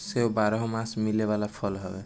सेब बारहोमास मिले वाला फल हवे